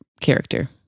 character